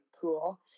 cool